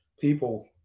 people